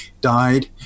died